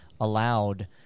allowed